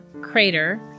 Crater